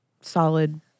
solid